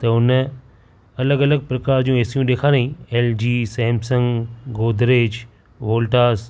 त हुन अलॻि अलॻि प्रकार जूं एसियूं ॾेखारियईं L G Samsung Godrej Voltas